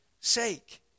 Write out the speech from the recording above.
sake